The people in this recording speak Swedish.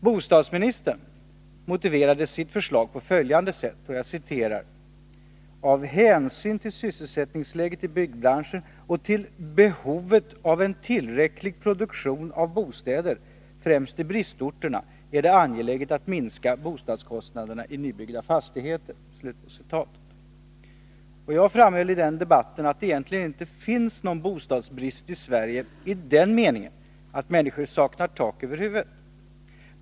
Bostadsministern motiverade sitt förslag på följande sätt: ”Av hänsyn till sysselsättningsläget i byggbranschen och till behovet av en tillräcklig produktion av bostäder främst i bristorterna är det angeläget att minska bostadskostnaderna i nybyggda fastigheter.” Jag framhöll i den debatten att det egentligen inte finns någon bostadsbrist i Sverige i den meningen att människor saknar tak över huvudet.